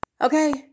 Okay